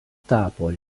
tapo